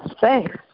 Thanks